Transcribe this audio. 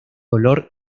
dolor